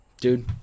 Dude